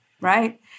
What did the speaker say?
right